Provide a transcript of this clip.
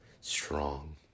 strong